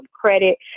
credit